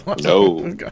No